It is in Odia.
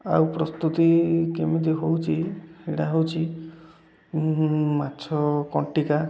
ଆଉ ପ୍ରସ୍ତୁତି କେମିତି ହେଉଛି ଏଇଟା ହେଉଛି ମାଛ କଣ୍ଟିକା